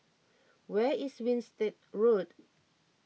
where is Winstedt Road